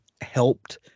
helped